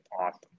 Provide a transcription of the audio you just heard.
awesome